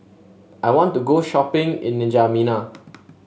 I want to go shopping in N'Djamena